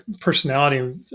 personality